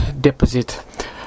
deposit